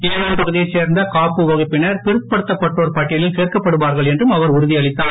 ஏனாம் பகுதியைச் சேர்ந்த காபு வகுப்பினர் பிற்படுத்தப்பட்டோர் பட்டியலில் சேர்க்கப்படுவார்கள் என்றும் அவர் உறுதியளித்தார்